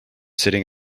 sitting